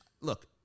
look